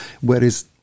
whereas